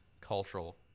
cultural